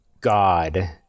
god